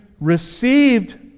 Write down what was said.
received